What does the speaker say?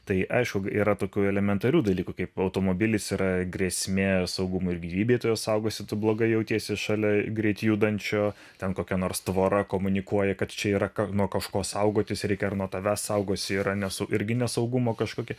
tai aišku yra tokių elementarių dalykų kaip automobilis yra grėsmė saugumui ir gyvybei tu jo saugaisi tu blogai jautiesi šalia greit judančio ten kokia nors tvora komunikuoja kad čia yra nuo kažko saugotis reikia ar nuo tavęs saugosi yra nes tu irgi nesaugumo kažkokia